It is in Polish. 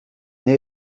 nie